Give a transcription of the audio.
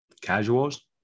casuals